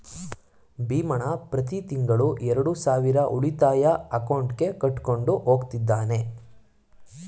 ಭೀಮಣ್ಣ ಪ್ರತಿ ತಿಂಗಳು ಎರಡು ಸಾವಿರ ಉಳಿತಾಯ ಅಕೌಂಟ್ಗೆ ಕಟ್ಕೊಂಡು ಹೋಗ್ತಿದ್ದಾನೆ